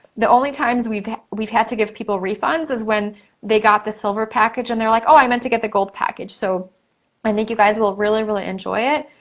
the only times we've we've had to give people refunds is when they got the silver package, and they're like, oh, i meant to get the gold package. so i think you guys will really, really, enjoy it.